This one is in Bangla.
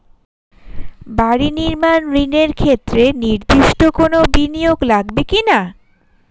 বাড়ি নির্মাণ ঋণের ক্ষেত্রে নির্দিষ্ট কোনো বিনিয়োগ লাগবে কি না?